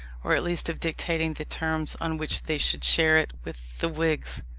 or at least of dictating the terms on which they should share it with the whigs.